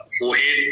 forehead